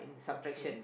okay